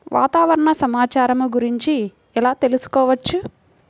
వాతావరణ సమాచారము గురించి ఎలా తెలుకుసుకోవచ్చు?